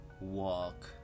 walk